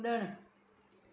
कुड॒णु